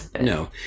No